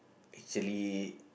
actually